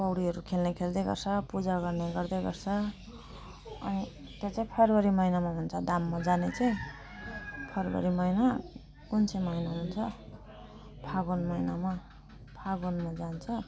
पौडीहरू खेल्ने खेल्दै गर्छ पूजा गर्ने गर्दै गर्छ त्यो चाहिँ फब्रुअरी महिनामा हुन्छ धाममा जानु चाहिँ फब्रुअरी महिना कुन चाहिँ महिना हुन्छ फागुन महिनामा फागुनमा जान्छ